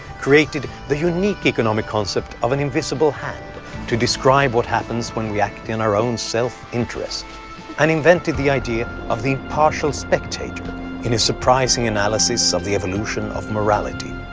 created the unique economic concept of an invisible hand to describe what happens when we act in our own self interest and invented the idea of the impartial spectator in his surprising analysis of the evolution of morality.